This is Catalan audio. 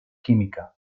química